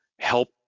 help